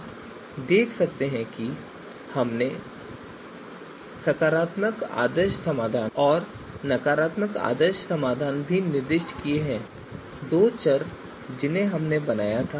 आप देख सकते हैं कि हमने सकारात्मक आदर्श समाधान और नकारात्मक आदर्श समाधान भी निर्दिष्ट किए हैं दो चर जिन्हें हमने बनाया था